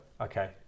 okay